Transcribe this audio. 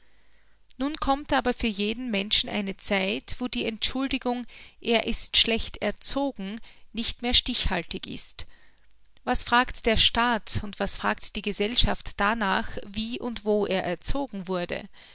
nun kommt aber für jeden menschen eine zeit wo die entschuldigung er ist schlecht erzogen nicht mehr stichhaltig ist was fragt der staat und was fragt die gesellschaft darnach wie und wo er erzogen wurde